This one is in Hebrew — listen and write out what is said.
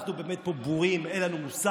אנחנו באמת פה בורים, אין לנו מושג.